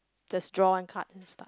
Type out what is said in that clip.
just draw one card and start